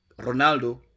Ronaldo